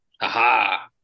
Aha